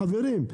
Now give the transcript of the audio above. חברים,